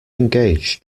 engage